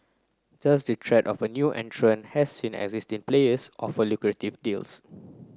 just the threat of a new entrant has seen existing players offer lucrative deals